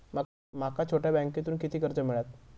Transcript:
माका छोट्या बँकेतून किती कर्ज मिळात?